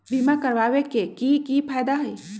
बीमा करबाबे के कि कि फायदा हई?